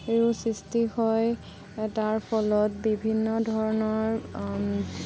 সৃষ্টি হয় তাৰ ফলত বিভিন্ন ধৰণৰ